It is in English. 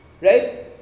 right